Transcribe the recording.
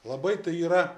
labai tai yra